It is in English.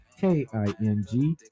K-I-N-G